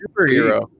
superhero